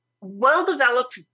well-developed